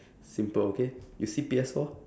simple okay you see P_S four